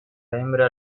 hembra